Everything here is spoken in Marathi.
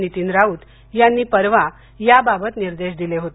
नितीन राऊत यांनी परवा याबाबत निर्देश दिले होते